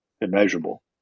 Immeasurable